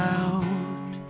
out